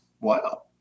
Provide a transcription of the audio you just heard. Wow